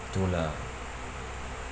true lah